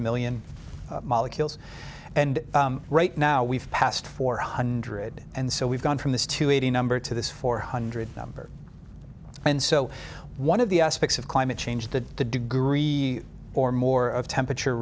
million molecules and right now we've passed four hundred and so we've gone from this to a number to this four hundred number and so one of the aspects of climate change the degree or more of temperature